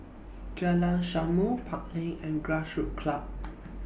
Jalan Samulun Park Lane and Grassroots Club